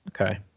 Okay